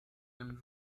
dem